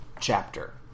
chapter